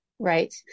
Right